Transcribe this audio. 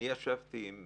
אני ישבתי עם